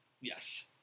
Yes